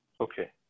Okay